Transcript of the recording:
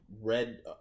red